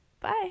Bye